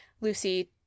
Lucy